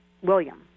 William